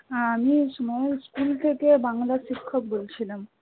আমি স্নেহার স্কুল থেকে বাংলার শিক্ষক বলছিলাম